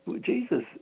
Jesus